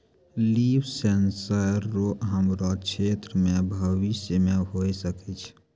लिफ sensor रो हमरो क्षेत्र मे भविष्य मे होय सकै छै